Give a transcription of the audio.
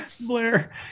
Blair